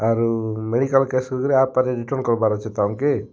ଆରୁ medical case ସାରିକରି ଆର୍ ପାରେ ରିଟର୍ଣ୍ଣ କରବାର୍ ଅଛେ ତ ଆମ୍କେ